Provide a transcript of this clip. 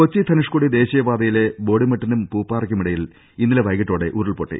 കൊച്ചി ധനുഷ്കോടി ദേശീയപാതയിലെ ബോഡിമെ ട്ടിനും പൂപ്പാറയ്ക്കുമിടയിൽ ഇന്നലെ വൈകിട്ടോടെ ഉരുൾപൊട്ടി